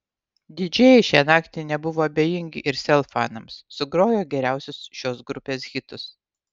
didžėjai šią naktį nebuvo abejingi ir sel fanams sugrojo geriausius šios grupės hitus